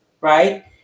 Right